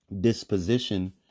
disposition